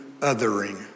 othering